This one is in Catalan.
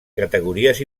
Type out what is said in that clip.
categories